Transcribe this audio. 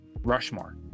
Rushmore